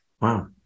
Wow